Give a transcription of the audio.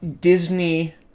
Disney